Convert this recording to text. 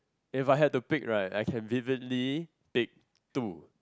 if I had to pick right I can vividly pick two